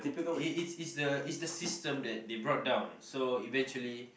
is is is the is the system that they brought down so eventually